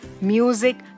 music